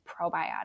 probiotics